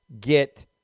get